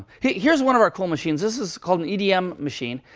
here's one of our cool machines. this is called an edm um machine.